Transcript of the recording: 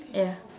ya